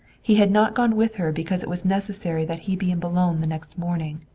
he had not gone with her because it was necessary that he be in boulogne the next morning.